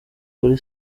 kuri